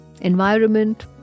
Environment